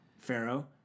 pharaoh